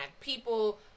people